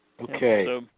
okay